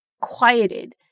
quieted